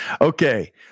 Okay